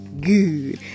good